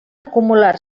acumular